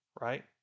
right